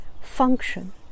function